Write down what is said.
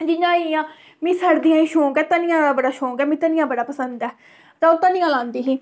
जि'यां होइया मिगी सरदियें गी शौक ऐ धनिया दा बड़ा शौक ऐ मिगी धनिया बड़ा पसंद ऐ ते अ'ऊं धनिया लांदी ही